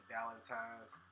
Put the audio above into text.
Valentine's